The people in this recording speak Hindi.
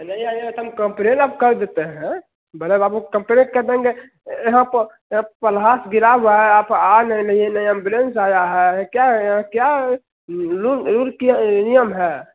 नहीं आइएगा तो हम कम्पलेन अब कर देते हैं बड़े बाबु को कम्पलेन कर देंगे यहाँ पर यहाँ पर लाश गिरा हुआ है आप आ नहीं नहिए नय एम्बुलेंस आया है यह क्या यहाँ क्या रुल कि नियम है